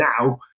now